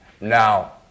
Now